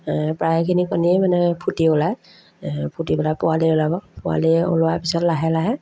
প্ৰায়খিনি কণীয়ে মানে ফুটি ওলায় ফুটি পেলাই পোৱালি ওলাব পোৱালি ওলোৱাৰ পিছত লাহে লাহে